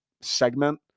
segment